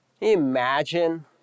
Imagine